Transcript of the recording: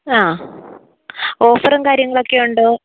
ആ ഓഫറും കാര്യങ്ങളും ഒക്കെ ഉണ്ടോ